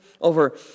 over